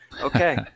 Okay